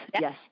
Yes